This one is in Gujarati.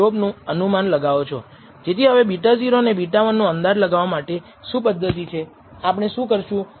yiનું સરેરાશ મૂલ્ય છે જેનો અર્થ થાય છે કે x ની કોઈ સુસંગતતા નથી β1 એ 0 છે તેથી આપણે અંદાજ લગાવીશું કે yi માટેનું શ્રેષ્ઠ કોન્સ્ટન્ટ t આ સરેરાશ મૂલ્ય છે